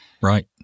Right